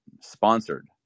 Sponsored